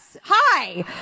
Hi